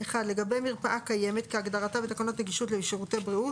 (1)לגבי מרפאה קיימת כהגדרתה בתקנות נגישות לשירותי בריאות